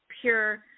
pure